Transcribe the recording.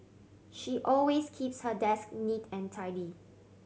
she always keeps her desk neat and tidy